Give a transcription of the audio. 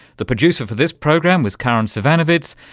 the producer for this program was karin zsivanovits.